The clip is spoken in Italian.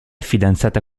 fidanzata